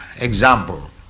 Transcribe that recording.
example